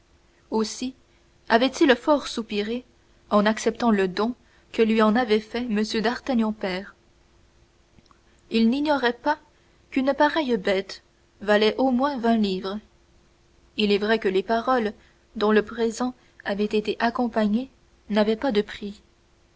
aussi avait-il fort soupiré en acceptant le don que lui en avait fait m d'artagnan père il n'ignorait pas qu'une pareille bête valait au moins vingt livres il est vrai que les paroles dont le présent avait été accompagné n'avaient pas de prix